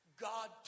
God